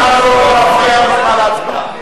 לא נתקבלה.